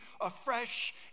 afresh